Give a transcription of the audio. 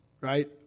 right